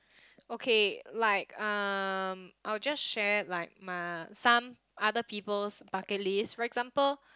okay like um I will just share like my some other people's bucket list for example